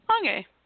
Okay